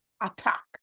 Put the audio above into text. attack